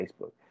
Facebook